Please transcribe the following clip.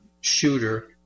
shooter